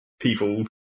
people